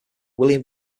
william